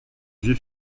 j’ai